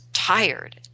Tired